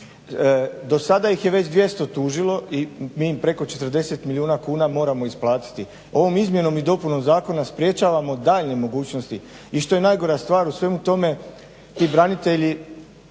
Do sada ih je već 200 tužilo i mi im preko 40 milijuna kuna moram isplatiti. Ovom izmjenom i dopunom zakona sprječavamo daljnje mogućnosti. I što je najgora stvar u svemu tome ti branitelji,